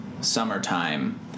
summertime